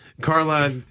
Carla